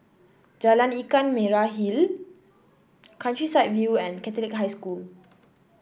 Jalan Ikan Merah Hill Countryside View and Catholic High School